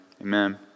Amen